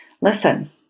listen